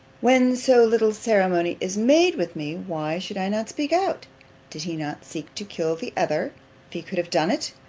when so little ceremony is made with me, why should i not speak out did he not seek to kill the other, if he could have done it?